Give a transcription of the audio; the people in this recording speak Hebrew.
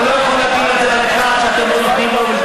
אתה לא יכול להגיד את זה על שר שאתם לא נותנים לו.